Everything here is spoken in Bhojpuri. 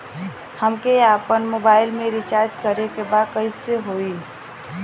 हमके आपन मोबाइल मे रिचार्ज करे के बा कैसे होई?